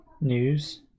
news